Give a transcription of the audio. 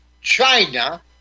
China